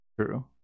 true